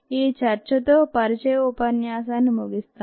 ఈ చర్చతో పరిచయ ఉపన్యాసాన్ని ముగిస్తాం